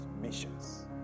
missions